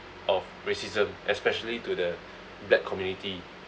of racism especially to the black community